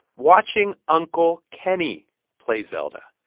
watching uncle kenny play zelda.